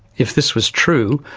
if this was true,